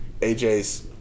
AJ's